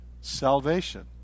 salvation